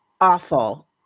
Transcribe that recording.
awful